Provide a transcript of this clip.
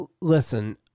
Listen